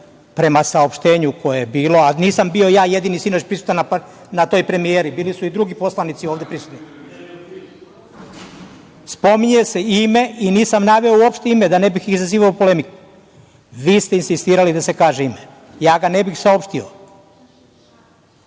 prema saopštenju koje je bilo, a nisam bio ja jedini sinoć prisutan na toj premijeri, bili su i drugi poslanici ovde prisutni, spominje se ime, i nisam naveo uopšte ime da ne bih izazivao polemiku. Vi ste insistirali da se kaže ime. Ja ga ne bih saopštio.